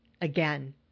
Again